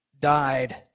died